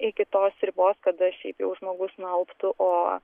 iki tos ribos kada šiaip jau žmogus nualptų o